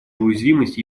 уязвимость